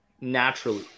Naturally